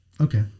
Okay